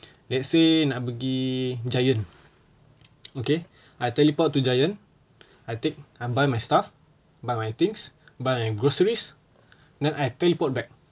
let's say nak pergi giant okay I teleport to giant I take I buy my stuff buy my things buy my groceries then I teleport back